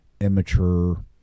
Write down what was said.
immature